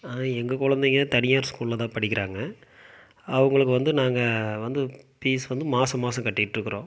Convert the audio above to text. அது எங்கள் குழந்தைங்க தனியார் ஸ்கூலில் தான் படிக்கிறாங்க அவுங்களுக்கு வந்து நாங்கள் வந்து ஃபீஸ் வந்து மாதம் மாதம் கட்டிகிட்டு இருக்கிறோம்